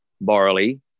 barley